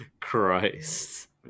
Christ